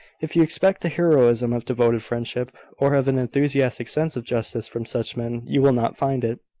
if you expect the heroism of devoted friendship, or of an enthusiastic sense of justice from such men, you will not find it.